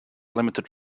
limited